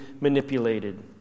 manipulated